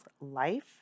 life